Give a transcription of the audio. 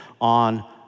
on